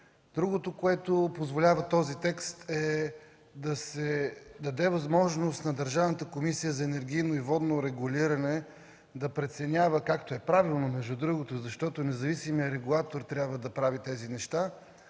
Другото, което този текст позволява, е да се даде възможност на Държавната комисия за енергийно и водно регулиране да преценява, както е правилно между другото, защото независимият регулатор трябва да прави тези неща